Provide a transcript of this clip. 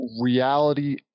reality